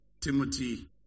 Timothy